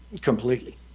Completely